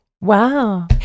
Wow